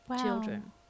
children